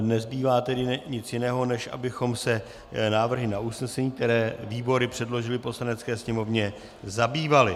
Nezbývá tedy nic jiného, než abychom se návrhy na usnesení, které výbory předložily Poslanecké sněmovně, zabývali.